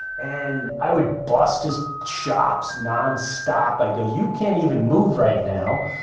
and i would blast his shops nonstop. i go, you can't even move right now.